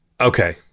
Okay